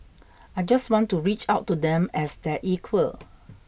I just want to reach out to them as their equal